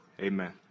amen